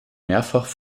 mehrfach